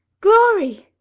glory!